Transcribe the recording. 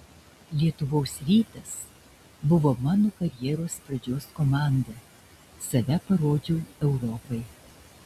lietuvos rytas buvo mano karjeros pradžios komanda save parodžiau europai